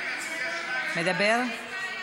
מדבר?